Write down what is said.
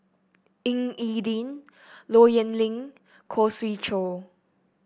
Ying E Ding Low Yen Ling Khoo Swee Chiow